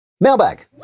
Mailbag